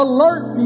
Alert